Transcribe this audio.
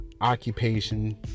occupation